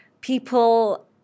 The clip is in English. people